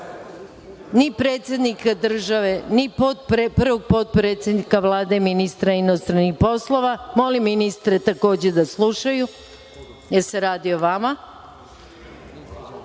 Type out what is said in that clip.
ni predsednika države, ni prvog potpredsednika Vlade, ministra inostranih poslova. Molim ministre da slušaju, jer se radi o vama.